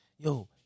Yo